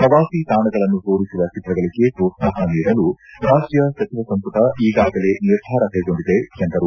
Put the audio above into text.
ಪ್ರವಾಸಿ ತಾಣಗಳನ್ನು ತೋರಿಸುವ ಚಿತ್ರಗಳಿಗೆ ಪ್ರೋತ್ಲಾಹ ನೀಡಲು ರಾಜ್ಯ ಸಚಿವ ಸಂಪುಟ ಈಗಾಗರೇ ನಿರ್ಧಾರ ಕೈಗೊಂಡಿದೆ ಎಂದರು